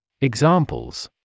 Examples